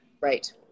Right